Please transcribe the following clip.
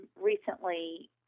recently